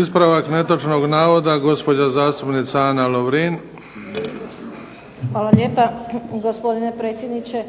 Ispravak netočnog navoda gospođa zastupnica Ana Lovrin. **Lovrin, Ana (HDZ)** Hvala lijepo gospodine predsjedniče.